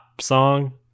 song